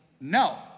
No